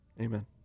amen